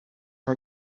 for